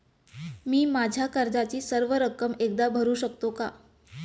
मी माझ्या कर्जाची सर्व रक्कम एकदा भरू शकतो का?